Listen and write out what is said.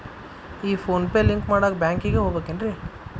ಈ PhonePe link ಮಾಡಾಕ ಬ್ಯಾಂಕಿಗೆ ಹೋಗ್ಬೇಕೇನ್ರಿ?